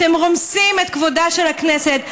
אתם רומסים את כבודה של הכנסת.